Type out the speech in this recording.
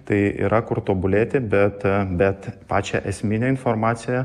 tai yra kur tobulėti bet bet pačią esminę informaciją